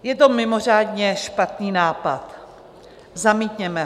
Je to mimořádně špatný nápad, zamítněme ho.